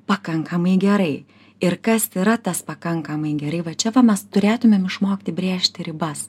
pakankamai gerai ir kas yra tas pakankamai gerai va čia va mes turėtumėm išmokti brėžti ribas